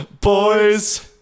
Boys